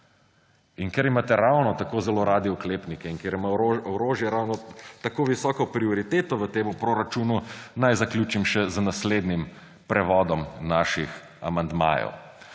In ker imate ravno tako zelo radi oklepnike in ker ima orožje ravno tako visoko prioriteto v tem proračunu, naj zaključim še z naslednjim prevodom naših amandmajev.